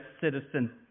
citizen